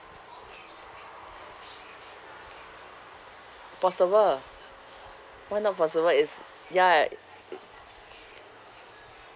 possible why not possible it's ya